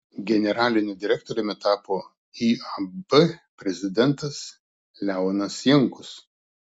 generaliniu direktoriumi tapo iab prezidentas leonas jankus